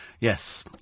Yes